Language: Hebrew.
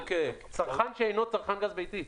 צרכן שאינו צרכן גז ביתי.